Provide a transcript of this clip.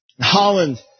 Holland